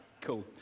cool